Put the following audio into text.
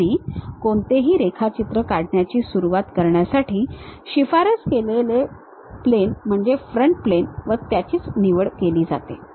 आणि कोणतेही रेखाचित्र काढण्याची सुरुवात करण्यासाठी शिफारस केलेले प्लेन म्हणजे फ्रंट प्लेन व त्याचीच निवड केली जाते